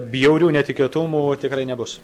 bjaurių netikėtumų tikrai nebus